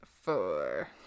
four